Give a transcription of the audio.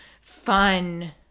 fun